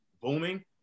booming